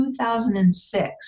2006